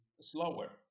slower